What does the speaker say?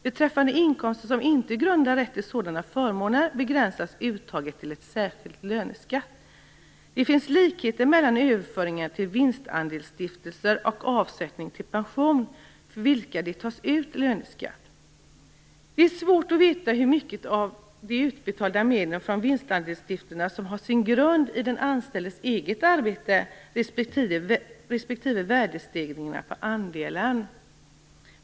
Beträffande inkomster som inte grundar rätt till sådana förmåner begränsas uttaget till en särskild löneskatt. Det finns likheter mellan överföringar till vinstandelsstiftelser och avsättningar till pension, för vilka det tas ut särskild löneskatt. Det är svårt att veta hur mycket av de utbetalda medlen från vinstandelsstiftelserna som har sin grund i den anställdes eget arbete respektive värdestegringen på andelen.